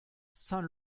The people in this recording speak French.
saint